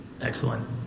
Excellent